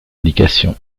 indication